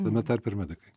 tame tarpe ir medikai